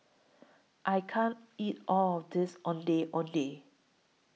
I can't eat All of This Ondeh Ondeh